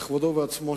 בכבודו ובעצמו,